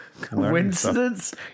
Coincidence